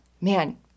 man